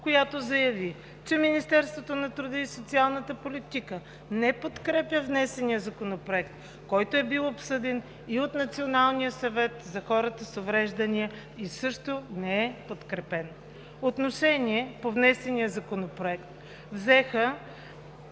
която заяви, че Министерство на труда и социалната политика не подкрепя внесения Законопроект, който е бил обсъден и от Националния съвет за хората с увреждания и също не е подкрепен. Отношение по внесения Законопроект взеха